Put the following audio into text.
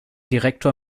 direktor